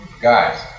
guys